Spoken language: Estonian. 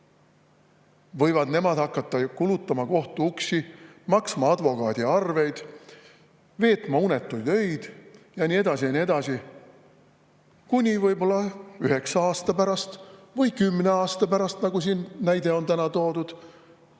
võivad nemad hakata kulutama kohtuuksi, maksma advokaadiarveid, veetma unetuid öid ja nii edasi ja nii edasi, kuni võib-olla üheksa või kümne aasta pärast, nagu siin täna näiteks toodi,